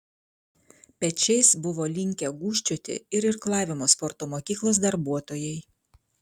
pečiais buvo linkę gūžčioti ir irklavimo sporto mokyklos darbuotojai